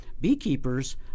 Beekeepers